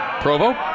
Provo